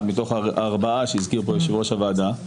מתוך הארבע שהזכיר פה יושב-ראש הוועדה.